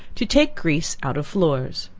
to take grease out of floors.